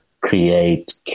create